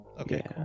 Okay